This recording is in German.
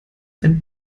ein